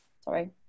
sorry